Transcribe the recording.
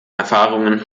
erfahrungen